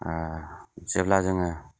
जेब्ला जोङो